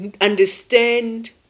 understand